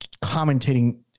commentating